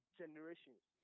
generations